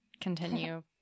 continue